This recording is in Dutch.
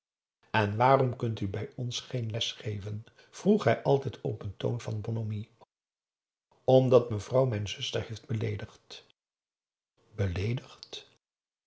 en waarom kunt u bij ons geen les geven vroeg hij altijd op een toon van bonhomie omdat mevrouw mijn zuster heeft beleedigd